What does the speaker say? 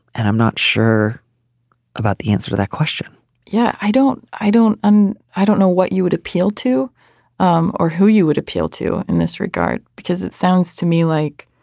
and i'm not sure about the answer to that question yeah i don't i don't and i don't know what you would appeal to um or who you would appeal to in this regard because it sounds to me like